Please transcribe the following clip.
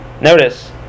Notice